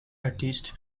artist